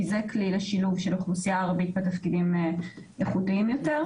כי זה כלי לשילוב של אוכלוסייה ערבית בתפקידים איכותיים יותר.